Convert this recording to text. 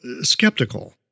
skeptical